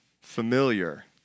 familiar